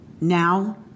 Now